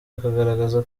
akagaragaza